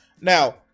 Now